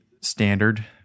standard